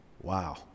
Wow